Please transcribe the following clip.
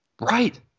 right